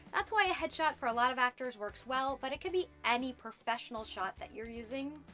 that's why a headshot for a lot of actors works well, but it could be any professional shot that you're using,